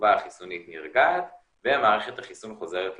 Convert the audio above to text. התגובה החיסונית נרגעת ומערכת החיסון חוזרת לנורמה.